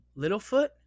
littlefoot